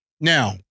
Now